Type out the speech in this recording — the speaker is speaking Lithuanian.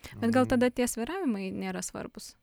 bet gal tada tie svyravimai nėra svarbūs